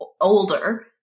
older